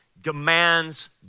demands